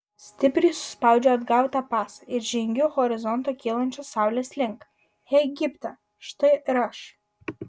stipriai suspaudžiu atgautą pasą ir žengiu horizontu kylančios saulės link egipte štai ir aš